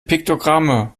piktogramme